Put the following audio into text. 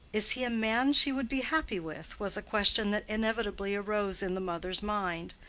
is he a man she would be happy with? was a question that inevitably arose in the mother's mind.